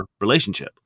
relationship